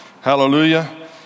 Hallelujah